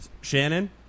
Shannon